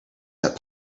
that